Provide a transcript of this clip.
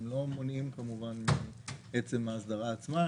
הם לא מונעים כמובן בעצם ההסדרה עצמה,